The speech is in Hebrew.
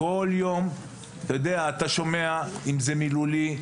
כל יום אתה שומע פגיעה מילולית,